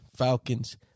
Falcons